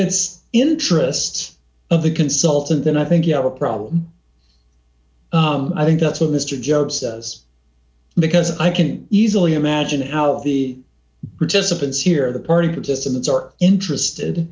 it's interests of the consultant then i think you have a problem i think that's what mr jope says because i can easily imagine how the participants here the participants are interested